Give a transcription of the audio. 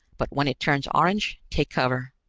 but when it turns orange, take cover.